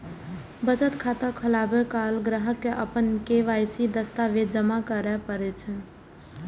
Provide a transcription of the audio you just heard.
बचत खाता खोलाबै काल ग्राहक कें अपन के.वाई.सी दस्तावेज जमा करय पड़ै छै